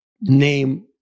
name